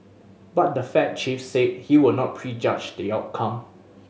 but the Fed chief said he would not prejudge the outcome